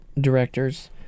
directors